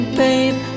babe